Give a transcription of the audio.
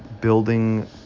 building